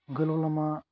गोलाव लामा